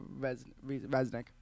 Resnick